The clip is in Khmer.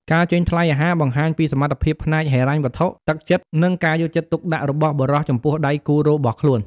ការចេញថ្លៃអាហារបង្ហាញពីសមត្ថភាពផ្នែកហិរញ្ញវត្ថុ ទឹកចិត្ត និងការយកចិត្តទុកដាក់របស់បុរសចំពោះដៃគូរបស់ខ្លួន។